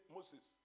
Moses